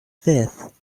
fifth